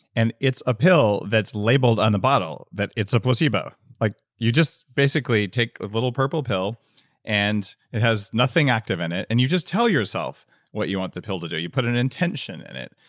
and it's a pill that's labeled on the bottle that it's a placebo like you just basically take a little purple pill and it has nothing active in it, and you just tell yourself what you want the pill to do. you put an intention in it,